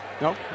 no